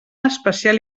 especial